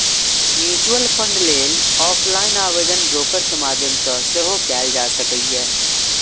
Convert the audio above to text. mutual fund लेल offline आवेदन broker के माध्यम सं सेहो कैल जा सकैए